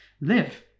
live